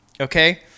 Okay